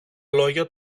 λόγια